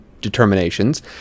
determinations